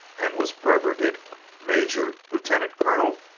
and was brevetted major, lieutenant colonel,